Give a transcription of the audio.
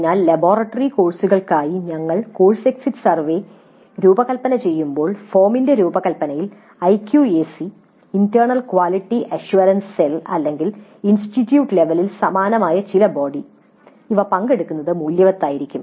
അതിനാൽ ലബോറട്ടറി കോഴ്സുകൾക്കായി ഞങ്ങൾ കോഴ്സ് എക്സിറ്റ് സർവേകൾ രൂപകൽപ്പന ചെയ്യുമ്പോൾ ഫോമിന്റെ രൂപകൽപ്പനയിൽ IQAC internal quality assurance cell അല്ലെങ്കിൽ ഇൻസ്റ്റിറ്റ്യൂട്ട് ലെവലിൽ സമാനമായ ചില ബോഡി ഇവ പങ്കെടുക്കുന്നത് മൂല്യവത്തായിരിക്കാം